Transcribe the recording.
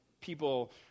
people